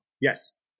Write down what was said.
Yes